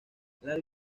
larga